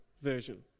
version